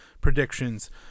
predictions